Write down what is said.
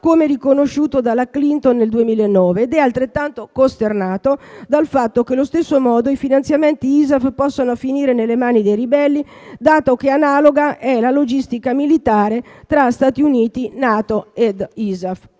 come riconosciuto nel 2009 dalla stessa Clinton, ed è altrettanto costernato dal fatto che allo stesso modo i finanziamenti ISAF possano finire nelle mani dei ribelli, dato che analoga è la logistica militare tra Stati Uniti, NATO e ISAF.